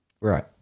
Right